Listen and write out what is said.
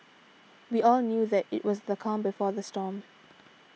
we all knew that it was the calm before the storm